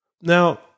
Now